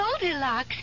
Goldilocks